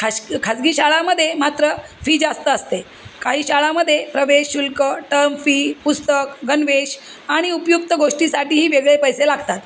खाास खाजगी शाळामध्ये मात्र फी जास्त असते काही शाळामध्ये प्रवेश शुल्क टर्म फी पुस्तक गणवेश आणि उपयुक्त गोष्टीसाठीही वेगळे पैसे लागतात